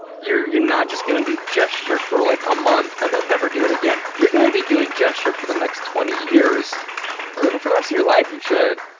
you're you're not just gonna do gesture for like a month and then never do it again. you're gonna be doing gesture for the next twenty years, i mean and for the rest of your life you should.